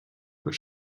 but